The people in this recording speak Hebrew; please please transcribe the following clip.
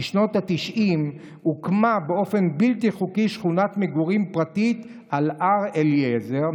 "בשנות התשעים הוקמה באופן בלתי חוקי שכונת מגורים פרטית על הר אליעזר,